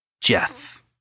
Jeff